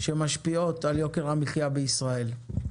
שמשפיעות על יוקר המחיה בישראל.